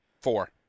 Four